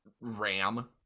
ram